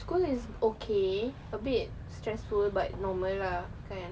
school is okay a bit stressful but normal lah kan